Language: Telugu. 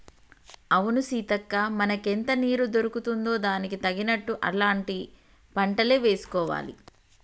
అవును సీతక్క మనకెంత నీరు దొరుకుతుందో దానికి తగినట్లు అలాంటి పంటలే వేసుకోవాలి